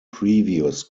previous